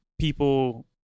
people